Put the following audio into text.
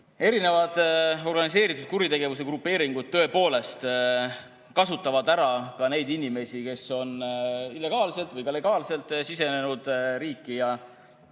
eest! Organiseeritud kuritegevuse grupeeringud tõepoolest kasutavad ära ka neid inimesi, kes on illegaalselt või legaalselt riiki